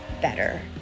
better